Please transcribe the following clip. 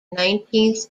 nineteenth